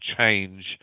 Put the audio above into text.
change